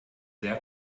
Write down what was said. sehr